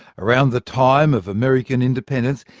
around the time of american independence,